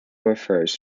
refers